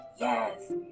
Yes